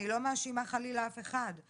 אני לא מאשימה חלילה אף אחד,